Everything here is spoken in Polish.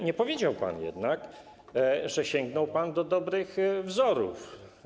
Nie powiedział pan jednak, że sięgnął pan do dobrych wzorów.